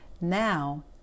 Now